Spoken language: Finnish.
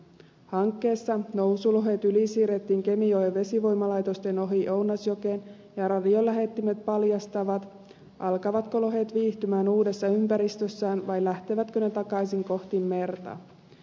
hankkeessa nousulohet ylisiirrettiin kemijoen vesivoimalaitosten ohi ounasjokeen ja radiolähettimet paljastavat alkavatko lohet viihtyä uudessa ympäristössään vai lähtevätkö ne takaisin kohti merta